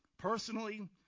Personally